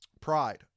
Pride